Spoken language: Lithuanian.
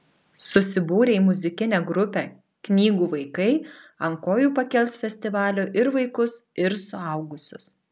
susibūrę į muzikinę grupę knygų vaikai ant kojų pakels festivalio ir vaikus ir suaugusius